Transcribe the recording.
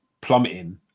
plummeting